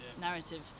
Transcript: narrative